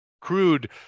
crude